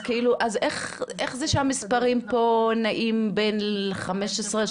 אז איך זה שהמספרים פה נעים בין חמש עשרה,